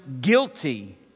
guilty